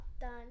done